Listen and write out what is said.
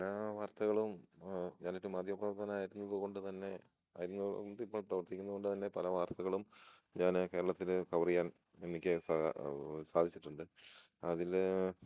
പല വാർത്തകളും ഞാൻ ഒരു മാധ്യമ പ്രവർത്തകനായിരുന്നത് കൊണ്ട് തന്നെ ആയിരുന്നത് കൊണ്ട് ഇപ്പോൾ പ്രവർത്തിക്കുന്നത് കൊണ്ട് തന്നെ പല വാർത്തകളും ഞാൻ കേരളത്തിൽ കവർ ചെയ്യാൻ എനിക്ക് സാധിച്ചിട്ടുണ്ട് അതിൽ